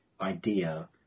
idea